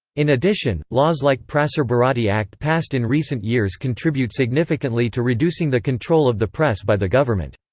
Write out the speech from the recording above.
in addition, laws like prasar bharati act passed in recent years contribute significantly to reducing the control of the press by the government.